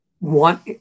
want